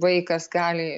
vaikas gali